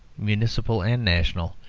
municipal and national,